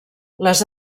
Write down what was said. les